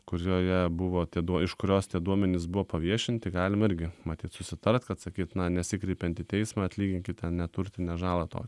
kurioje buvo atiduoti iš kurios tie duomenys buvo paviešinti galima irgi matyt susitart kad sakyti na nesikreipiant į teismą atlyginkit ten neturtinę žalą tokią